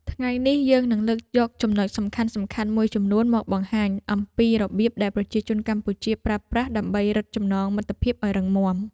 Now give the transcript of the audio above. ថ្ងៃនេះយើងនឹងលើកយកចំណុចសំខាន់ៗមួយចំនួនមកបង្ហាញអំពីរបៀបដែលប្រជាជនកម្ពុជាប្រើប្រាស់ដើម្បីរឹតចំណងមិត្តភាពឱ្យរឹងមាំ។